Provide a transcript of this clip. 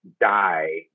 die